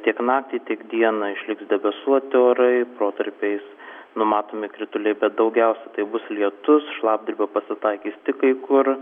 tiek naktį tiek dieną išliks debesuoti orai protarpiais numatomi krituliai daugiausia tai bus lietus šlapdriba pasitaikys tik kai kur